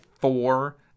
four